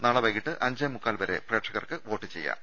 നാളെ വൈകീട്ട് അഞ്ചേമുക്കാൽ വരെ പ്രേക്ഷകർക്ക് വോട്ടു ചെയ്യാം